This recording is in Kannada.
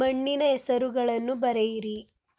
ಮಣ್ಣಿನ ಹೆಸರುಗಳನ್ನು ಬರೆಯಿರಿ